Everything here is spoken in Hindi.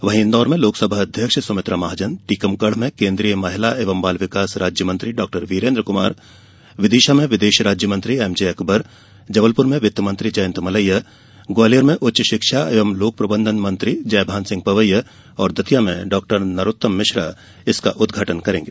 वहीं इंदौर में लोकसभा अध्यक्ष सुमित्रा महाजन टीकमगढ़ में केन्द्रीय मंत्री महिला एव बाल विकास राज्यमंत्री डॉ वीरेंद्र कुमार विदिशा में विदेश राज्य मंत्री एम जे अकबर जबलपुर में वित्त मंत्री जयंत मलैया ग्वालियर में उच्च शिक्षा एव लोक प्रबंधन मंत्री जयभान सिंह पवैया दतिया में डॉक्टर नरोत्तम मिश्र उद्घाटन करेंगे